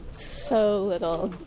so little